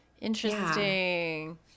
Interesting